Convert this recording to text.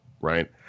right